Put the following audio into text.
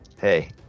Hey